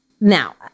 Now